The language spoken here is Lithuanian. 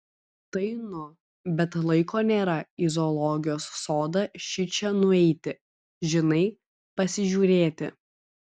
tai nu bet laiko nėra į zoologijos sodą šičia nueiti žinai pasižiūrėti